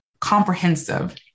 comprehensive